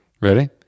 Ready